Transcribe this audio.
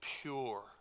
pure